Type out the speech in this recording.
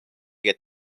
get